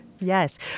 Yes